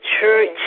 church